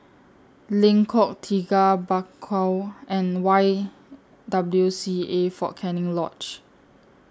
Lengkok Tiga Bakau and Y W C A Fort Canning Lodge